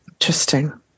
interesting